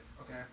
Okay